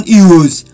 euros